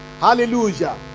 Hallelujah